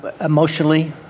emotionally